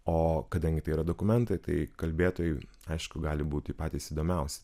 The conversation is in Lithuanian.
o kadangi tai yra dokumenta tai kalbėtojai aišku gali būti patys įdomiausi